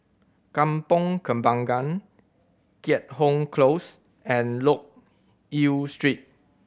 Kampong Kembangan Keat Hong Close and Loke Yew Street